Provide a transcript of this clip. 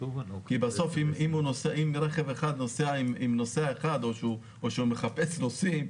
כי בסוף אם רכב אחד נוסע עם נוסע אחד או שהוא מחפש נוסעים,